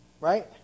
Right